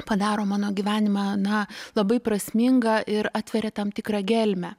padaro mano gyvenimą na labai prasmingą ir atveria tam tikrą gelmę